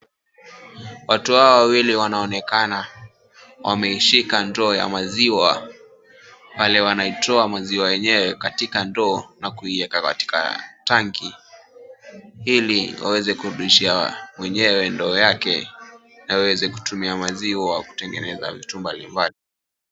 Watu hawa wawili wanaonekana wameishika ndoo ya maziwa pale. Wanaitoa maziwa yenyewe katika ndoo na kuiweka katika tanki ili waweze kurudishia mwenyewe ndoo yake na waweze kutumia maziwa kutengeneza vitu mbali mbali.